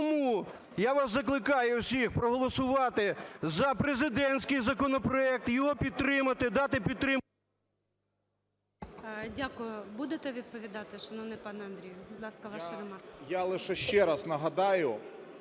Тому я вас закликаю всіх проголосувати за президентський законопроект, його підтримати, дати підтримку… ГОЛОВУЮЧИЙ. Дякую. Будете відповідати, шановний пане Андрію? Будь ласка, ваша